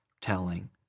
telling